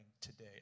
today